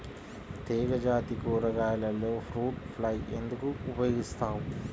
తీగజాతి కూరగాయలలో fruit fly ఎందుకు ఉపయోగిస్తాము?